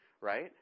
right